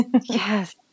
Yes